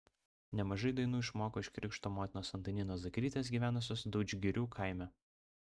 nemažai dainų išmoko iš krikšto motinos antaninos zakrytės gyvenusios daudžgirių kaime